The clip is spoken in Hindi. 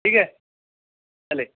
ठीक है